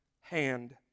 hand